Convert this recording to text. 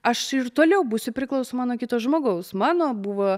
aš ir toliau būsiu priklausoma nuo kito žmogaus mano buvo